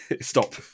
Stop